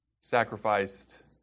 sacrificed